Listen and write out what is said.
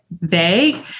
vague